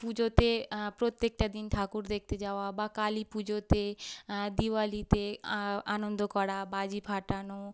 পুজোতে প্রত্যেকটা দিন ঠাকুর দেখতে যাওয়া বা কালী পুজোতে দিওয়ালিতে আনন্দ করা বাজি ফাটানো